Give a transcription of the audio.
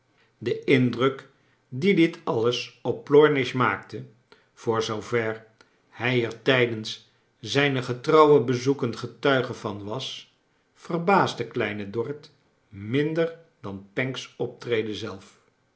de indruk dien dit alios op plornish maakte voor zoover hij er tijdens zijne getrouwe bezoeken getuige van was verbaasde kleine dorrit minder dan pancks optreden zelf